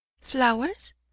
flowers